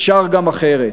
אפשר גם אחרת.